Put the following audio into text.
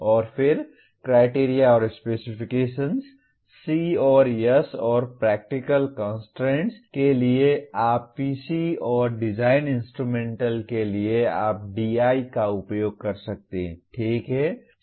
और फिर क्राइटेरिया और स्पेसिफिकेशन्स C और S और प्रैक्टिकल कंस्ट्रेंट्स के लिए आप PC और डिज़ाइन इंस्ट्रूमेंटैलिटी के लिए आप DI का उपयोग कर सकते हैं ठीक है